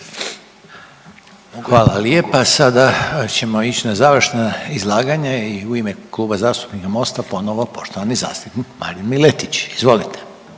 Hvala lijepa. Sada ćemo ić na završna izlaganja i u ime Kluba zastupnika Mosta ponovo poštovani zastupnik Marin Miletić, izvolite.